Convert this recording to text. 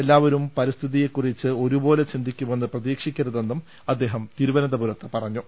എല്ലാവരും പരിസ്ഥിതിയെ ക്കുറിച്ച് ഒരുപോലെ ചിന്തിക്കുമെന്ന് പ്രതീക്ഷി ക്കരുതെന്നും അദ്ദേഹം തിരുവനന്തപുരത്ത് പറഞ്ഞു